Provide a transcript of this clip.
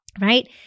right